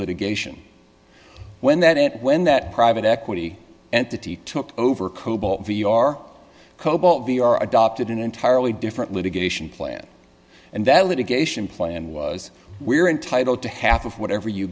litigation when that it when that private equity entity took over cobalt we are cobalt we are adopted in entirely different litigation plan and that litigation plan was we are entitled to half of whatever you